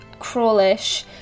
Crawlish